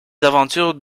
aventures